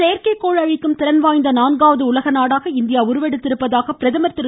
செயற்கைக்கோள் அழிக்கும் திறன் வாய்ந்த நான்காவது உலக நாடாக இந்தியா உருவெடுத்துள்ளதாக பிரதமர் திரு